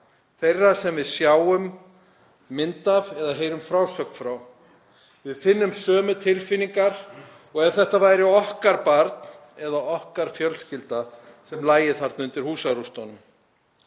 þeirra sem við sjáum mynd af eða heyrum frásögn frá. Við finnum sömu tilfinningar og ef þetta væri okkar barn eða okkar fjölskylda sem lægi þarna undir húsarústunum.